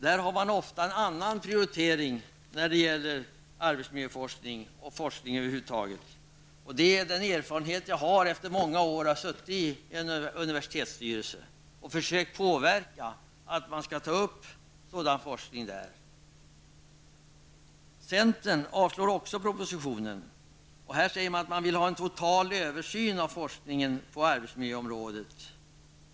Där har man ofta en annan prioritering när det gäller arbetsmiljöforskning och forskning över huvud taget -- det är den erfarenhet jag har efter att under många år ha suttit i en universitetsstyrelse och försökt verka för att man skall ta upp sådan forskning där. Centern avstyrker också propositionen. Man säger att man vill ha en total översyn av forskningen på arbetsmiljöområdet.